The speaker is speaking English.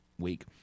week